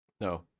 No